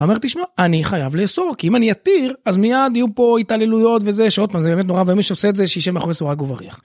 אמרתי שמע, אני חייב לאסור כי אם אני אתיר, אז מייד יהיו פה התעללויות וזה, שעוד פעם זה באמת נורא ואיום, מי שעושה את זה שישב מאחורי סורג ובריח.